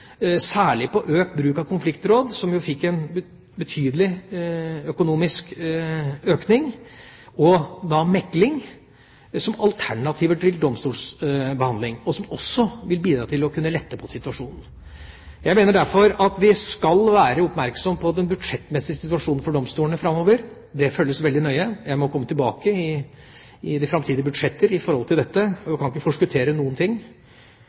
særlig satsing på økt bruk av konfliktråd, som fikk en betydelig økonomisk økning, og mekling som alternativ til domstolsbehandling, som også vil bidra til å kunne lette på situasjonen. Jeg mener derfor at vi skal være oppmerksom på den budsjettmessige situasjonen for domstolene framover. Den følges veldig nøye. Jeg må komme tilbake til dette i de framtidige budsjetter. Jeg kan ikke forskuttere